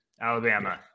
Alabama